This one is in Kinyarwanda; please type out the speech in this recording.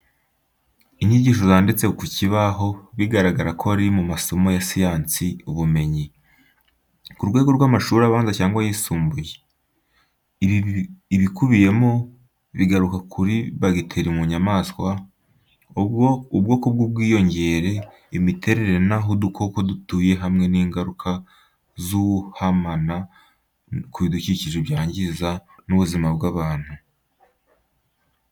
Inyigisho zanditse ku kibaho, bigaragara ko ari mu masomo ya science ubumenyi, ku rwego rw’amashuri abanza cyangwa ayisumbuye. Ibikubiyemo bigaruka kuri bagiteri mu nyamaswa, ubwoko bw’ubwiyongere, imiterere n’aho udukoko dutuye hamwe n’ingaruka z'ihumana ku bidukikije byangiza n'ubuzima bw'abantu.